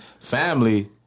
Family